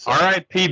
RIP